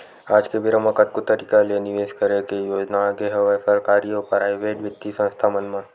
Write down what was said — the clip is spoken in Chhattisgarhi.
आज के बेरा म कतको तरिका ले निवेस करे के योजना आगे हवय सरकारी अउ पराइेवट बित्तीय संस्था मन म